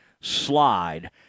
slide